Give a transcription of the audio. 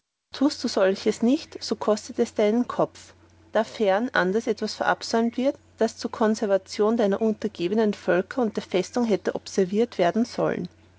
tust du solches nicht so kostet es deinen kopf dafern anders etwas verabsäumet wird das zu konservation deiner untergebenen völker und der festung hätte observiert werden sollen